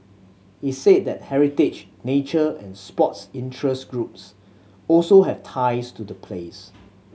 he said that heritage nature and sports interest groups also have ties to the plays